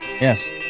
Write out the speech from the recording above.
Yes